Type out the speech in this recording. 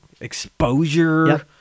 exposure